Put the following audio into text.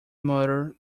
murder